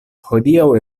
hodiaŭ